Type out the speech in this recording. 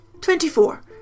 Twenty-four